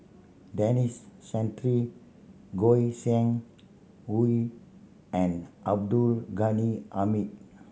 Denis Santry Goi Seng Hui and Abdul Ghani Hamid